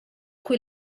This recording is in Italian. cui